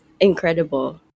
incredible